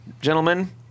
gentlemen